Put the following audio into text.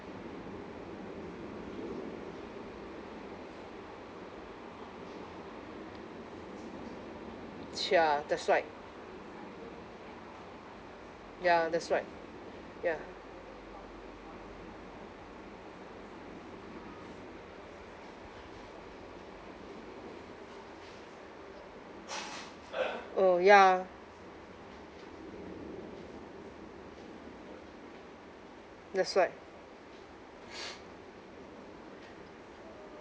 ya that's right ya that's right ya orh ya that's right